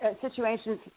situations